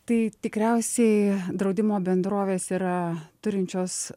tai tikriausiai draudimo bendrovės yra turinčios